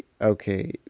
okay